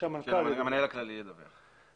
המנהל הכללי ידווח.